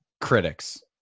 critics